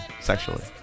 sexually